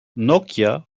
nokia